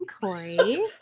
Corey